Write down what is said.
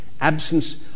absence